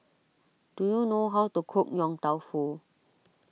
do you know how to cook Yong Tau Foo